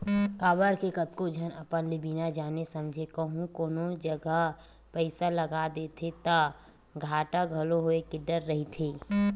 काबर के कतको झन अपन ले बिना जाने समझे कहूँ कोनो जगा पइसा लगा देथे ता घाटा घलो होय के डर रहिथे